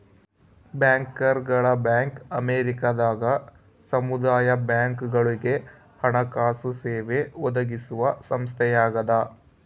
ಬ್ಯಾಂಕರ್ಗಳ ಬ್ಯಾಂಕ್ ಅಮೇರಿಕದಾಗ ಸಮುದಾಯ ಬ್ಯಾಂಕ್ಗಳುಗೆ ಹಣಕಾಸು ಸೇವೆ ಒದಗಿಸುವ ಸಂಸ್ಥೆಯಾಗದ